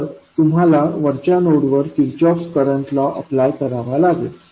तर तुम्हाला वरच्या नोडवर किर्चहॉफ करंट लॉ अप्लाय करावा लागेल